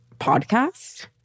podcast